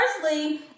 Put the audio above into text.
firstly